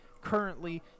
currently